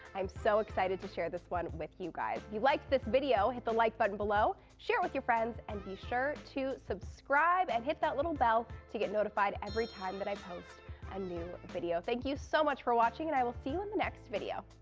i'm so excited to share this one with you guys. if you liked this video, hit the like button below, share it with your friends and be sure to subscribe and hit that little bell to get notified every time that i post a new video. thank you so much for watching and i will see you in the next video.